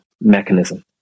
mechanism